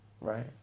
Right